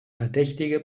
verdächtige